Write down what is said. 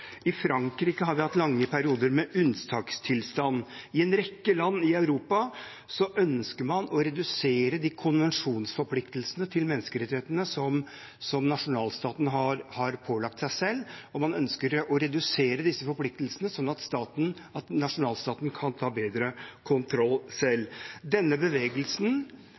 I Frankrike har vi hatt lange perioder med unntakstilstand. I en rekke land i Europa ønsker man å redusere de konvensjonsforpliktelsene til menneskerettighetene som nasjonalstatene har pålagt seg selv; man ønsker å redusere disse forpliktelsene sånn at nasjonalstaten kan ta bedre kontroll selv. Denne bevegelsen